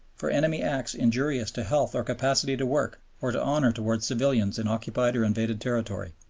for enemy acts injurious to health or capacity to work or to honor towards civilians in occupied or invaded territory